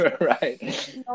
Right